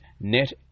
net